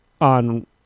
on